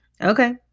okay